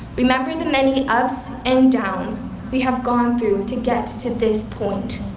remember the many ups and downs we have gone through to get to this point.